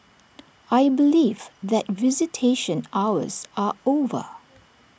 I believe that visitation hours are over